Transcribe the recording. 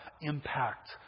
impact